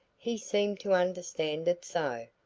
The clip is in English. he seemed to understand it so,